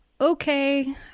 okay